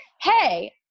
Hey